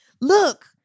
Look